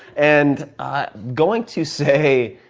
and going to say,